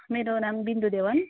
मेरो नाम बिन्दु देवान